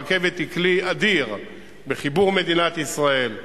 הרכבת היא כלי אדיר בחיבור מדינת ישראל,